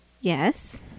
Yes